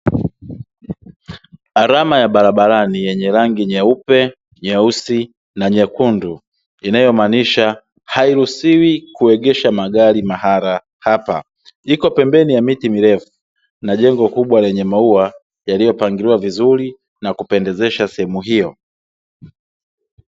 Alama ya barabarani yenye rangi nyeupe, nyeusi na nyekundu, inayomaanisha hairuhusiwi kuegesha magari mahala hapa, iko pembeni ya miti mirefu na jengo kubwa lenye maua yaliyopangiliwa vizuri, na kupendezesha sehemu hiyo.